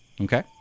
Okay